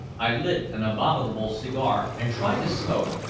i lit an abominable cigar, and tried to smoke,